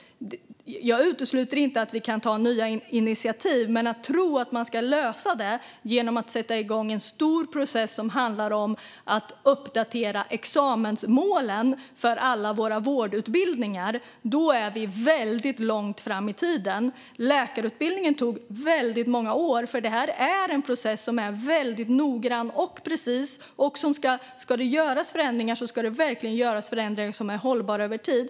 Jag utesluter inte att vi kan ta nya initiativ, men om man talar om att lösa detta genom att sätta igång en stor process som handlar om att uppdatera examensmålen för alla våra vårdutbildningar talar man om något som ligger väldigt långt fram i tiden. För läkarutbildningen tog detta väldigt många år. Det här är en process som är noggrann och precis, och om det ska göras förändringar ska de verkligen vara hållbara över tid.